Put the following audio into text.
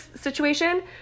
situation